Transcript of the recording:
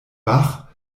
bach